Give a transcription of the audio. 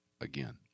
again